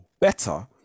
better